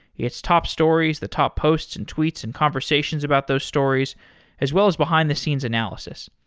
it's top stories, the top posts and tweets and conversations about those stories as well as behind-the-scenes analysis.